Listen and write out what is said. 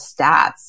stats